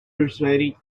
persuaded